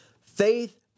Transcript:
Faith